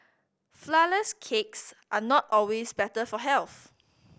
flourless cakes are not always better for health